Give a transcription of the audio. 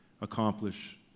accomplish